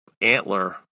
antler